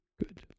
Good